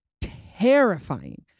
terrifying